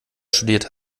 studiert